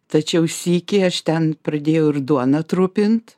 tačiau sykį aš ten pradėjau ir duoną trupint